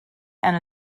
and